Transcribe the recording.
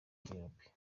europe